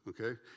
okay